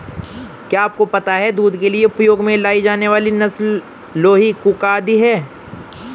क्या आपको पता है दूध के लिए उपयोग में लाई जाने वाली नस्ल लोही, कूका आदि है?